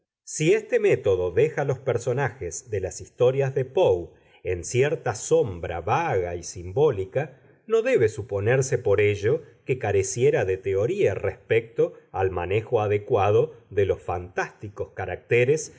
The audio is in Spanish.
si este método deja los personajes de las historias de poe en cierta sombra vaga y simbólica no debe suponerse por ello que careciera de teoría respecto al manejo adecuado de los fantásticos caracteres